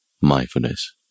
mindfulness